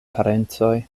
parencoj